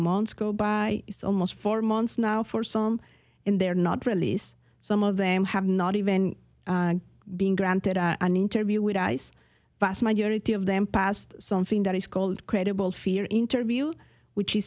months go by it's almost four months now for some they're not release some of them have not even being granted an interview with ice vast majority of them passed something that is called credible fear interview which